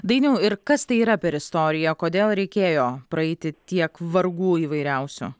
dainiau ir kas tai yra per istorija kodėl reikėjo praeiti tiek vargų įvairiausių